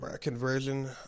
Conversion